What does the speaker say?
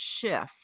shift